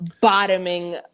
bottoming